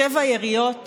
שבע יריות